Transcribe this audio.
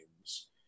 games